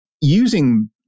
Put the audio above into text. Using